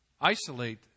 isolate